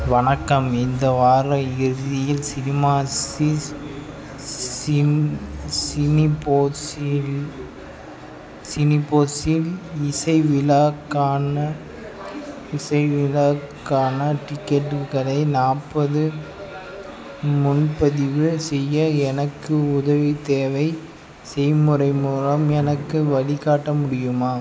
வணக்கம் இந்த வார இறுதியில் சினிமாஸிஸ் சிம் சினிபோஸில் சினிபோஸில் இசை விழாக்கான இசை விழாக்கான டிக்கெட்டுகளை நாற்பது முன்பதிவு செய்ய எனக்கு உதவி தேவை செய்முறை மூலம் எனக்கு வழிகாட்ட முடியுமா